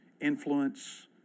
influence